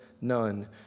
none